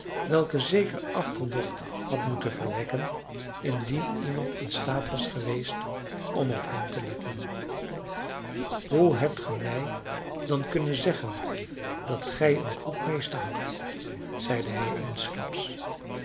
welke zeker achterdocht had moeten verwekken indien iemand in staat was geweest om op hem te letten hoe hebt ge mij dan kunnen zeggen dat gij een goed meester had zeide hij